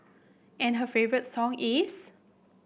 and her favourite song is